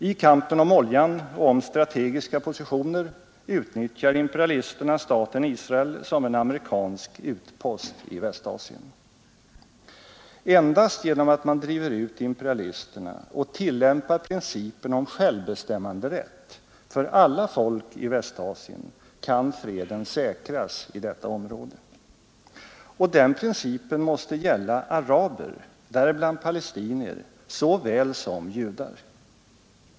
I kampen om oljan och om strategiska positioner utnyttjar imperialisterna staten Israel som en amerikansk utpost i Västasien. Endast genom att man driver ut imperialisterna och tillämpar principen om självbestämmanderätt för alla folk i Västasien kan freden säkras i detta område. Och den principen måste gälla araber, däribland palestinier, såväl som judar.